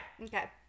Okay